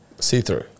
see-through